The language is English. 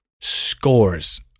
scores